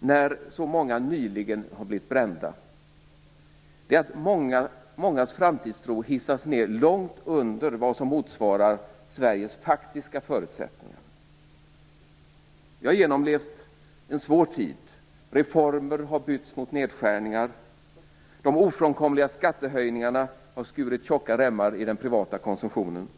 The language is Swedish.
när så många nyligen har blivit brända får vi räkna med att mångas framtidstro halas ned långt under vad som motsvarar Sveriges faktiska förutsättningar. Vi har genomlevt en svår tid. Reformer har bytts mot nedskärningar. De ofrånkomliga skattehöjningarna har skurit tjocka remmar i den privata konsumtionen.